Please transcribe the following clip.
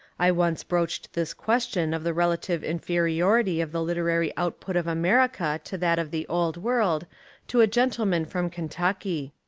i once broached this question of the relative inferiority of the literary output of america to that of the old world to a gentleman from kentucky.